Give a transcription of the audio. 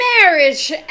marriage